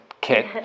kit